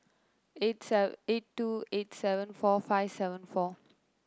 eight seven eight two eight seven four five seven four